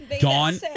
Dawn